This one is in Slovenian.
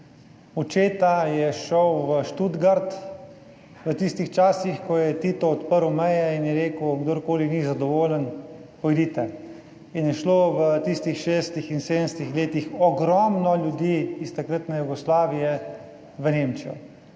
očeta je šel v Stuttgart v tistih časih, ko je Tito odprl meje in je rekel, kdorkoli ni zadovoljen, pojdite. In je šlo v tistih 60. in 70. letih ogromno ljudi iz takratne Jugoslavije v Nemčijo.